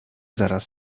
zaraz